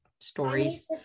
stories